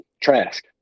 Trask